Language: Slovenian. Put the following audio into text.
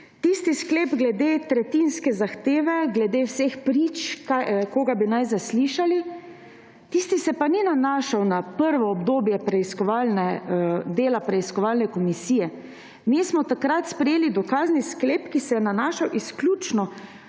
Tisti sklep glede tretjinske zahteve, glede vseh prič, koga bi naj zaslišali, tisti se pa ni nanašal na prvo obdobje dela preiskovalne komisije. Mi smo takrat sprejeli dokazni sklep, ki se je nanašal izključno